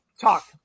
talk